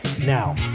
Now